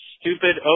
stupid